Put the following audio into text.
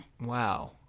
Wow